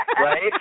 right